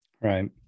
Right